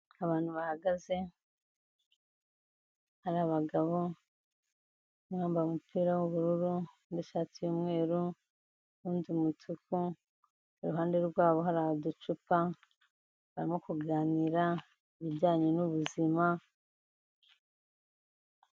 Abantu bahagaze, hari abagabo, umwe wambaye umupira w'ubururu n'ishati yumweru, uwundi umutuku, iruhande rwabo hari uducupa, barimo kuganira ibijyanye n'ubuzima.